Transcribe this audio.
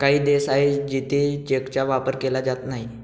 काही देश आहे जिथे चेकचा वापर केला जात नाही